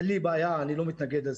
אין לי בעיה, אני לא מתנגד לזה.